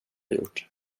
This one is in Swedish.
gjort